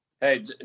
Hey